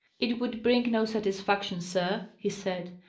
it would bring no satisfaction, sir, he said.